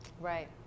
right